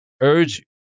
urge